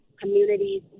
communities